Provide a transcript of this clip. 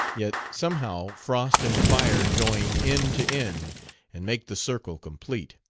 yet, somehow, frost and fire join end to end and make the circle complete.